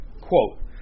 quote